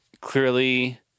clearly